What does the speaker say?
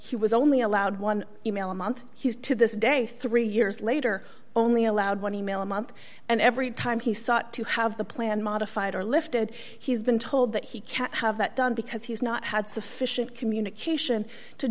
because he was only allowed one email a month he's to this day three years later only allowed one email a month and every time he sought to have the plan modified or lifted he's been told that he can't have that done because he's not had sufficient communication to